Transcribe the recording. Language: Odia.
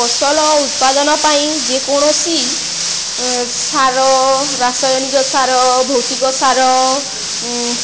ଫସଲ ଉତ୍ପାଦନ ପାଇଁ ଯେକୌଣସି ସାର ରାସାୟନିକ ସାର ଭୌତିକ ସାର